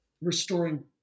restoring